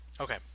Okay